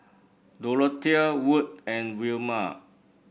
Dorothea Wood and Wilma